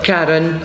Karen